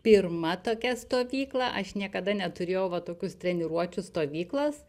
pirma tokia stovykla aš niekada neturėjau va tokius treniruočių stovyklas